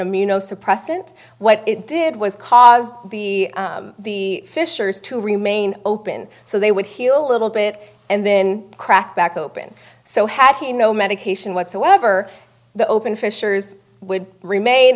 amino suppressant what it did was cause the the fissures to remain open so they would heal a little bit and then crack back open so had he no medication whatsoever the open fissures would remain